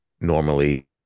normally